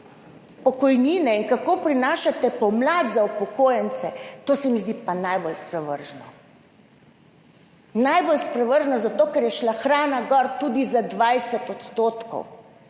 pokojnine in kako prinašate pomlad za upokojence, to se mi zdi pa najbolj sprevrženo. Najbolj sprevrženo zato, ker je šla hrana gor tudi za 20 %, ker